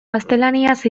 gaztelaniaz